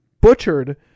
butchered